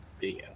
video